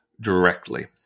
directly